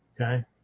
okay